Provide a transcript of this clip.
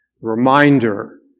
Reminder